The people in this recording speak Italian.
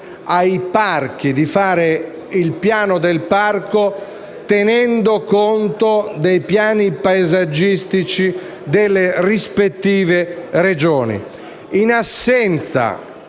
ai parchi di redigere il piano del parco tenendo conto dei piani paesaggistici delle rispettive Regioni. In assenza